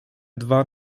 dwa